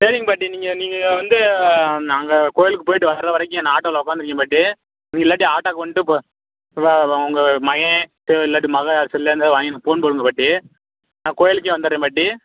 சரிங்க பாட்டி நீங்கள் நீங்கள் வந்து அங்கே கோவிலுக்குப் போயிட்டு வர்ற வரைக்கும் நான் ஆட்டோவில் உட்காந்திருக்கேன் பாட்டி நீங்கள் இல்லாட்டி ஆட்டோக்கு வந்துட்டு ப உங்கள் மகன் இல்லாட்டி உங்கள் மகள் செல் இருந்தால் வாங்கிட்டு போன் போடுங்க பாட்டி நான் கோவிலுக்கே வந்தடுறேன் பாட்டி